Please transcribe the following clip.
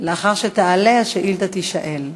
לאחר שתעלה השאילתה תישאל.